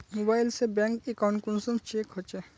Mobile से bank account कुंसम check होचे?